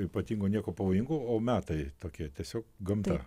ypatingo nieko pavojingo o metai tokie tiesiog gamta